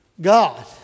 God